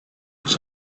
was